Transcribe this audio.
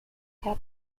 had